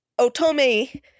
Otome